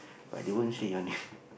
but they won't say your name